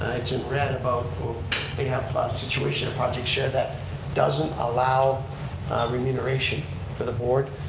it's in red about may have a situation at project share that doesn't allow remuneration for the board.